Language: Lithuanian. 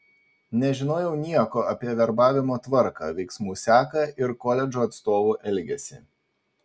nežinojau nieko apie verbavimo tvarką veiksmų seką ir koledžų atstovų elgesį